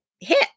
hit